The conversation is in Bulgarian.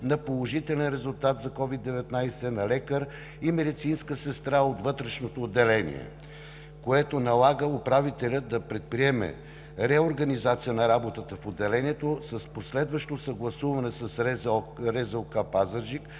на положителен резултат за COVID-19 на лекар и медицинска сестра от вътрешното отделение, което налага управителят да предприеме реорганизация на работата в отделението, с последващо съгласуване с РЗОК град Пазарджик